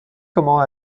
comment